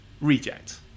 reject